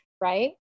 right